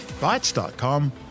Bytes.com